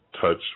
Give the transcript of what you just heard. touch